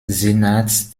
senats